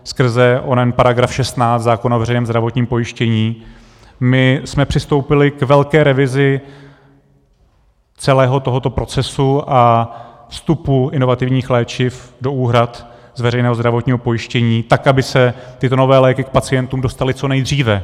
Skrze onen § 16 zákona o veřejném zdravotním pojištění jsme přistoupili k velké revizi celého tohoto procesu a vstupu inovativních léčiv do úhrad z veřejného zdravotního pojištění tak, aby se tyto nové léky k pacientům dostaly co nejdříve.